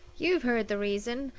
you've heard the reason.